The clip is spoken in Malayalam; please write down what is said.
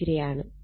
5° ആണ്